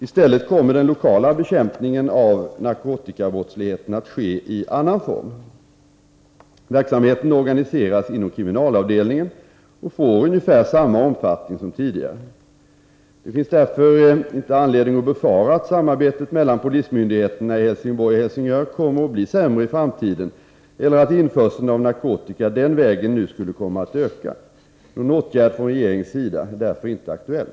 I stället kommer den lokala bekämpningen av Om nedläggningen narkotikabrottsligheten att ske i SRnäN; form. Verksamheten Organiséras av den danska poliinom kriminalavdelhingen och får ungefär samma omfattning som fidigare; sens narkotikarotel Det finns därför ingen anledning att befara att samarbetet mellan polismyni Helsingör digheterna i Helsingborg och Helsingör kommer att bli sämre i framtiden eller att införseln av narkotika den vägen nu skulle komma att öka. Någon åtgärd från regeringens sida är därför inte aktuell.